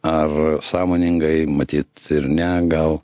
ar sąmoningai matyt ir ne gal